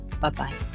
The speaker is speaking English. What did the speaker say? bye-bye